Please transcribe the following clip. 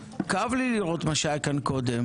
כאב לי לראות את מה שהיה כאן קודם.